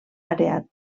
àrea